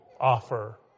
offer